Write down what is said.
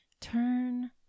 turn